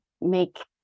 make